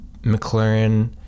McLaren